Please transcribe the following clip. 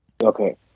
Okay